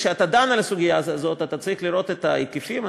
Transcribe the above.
כשאתה דן בסוגיה הזאת אתה צריך לראות את ההיקפים,